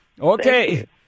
Okay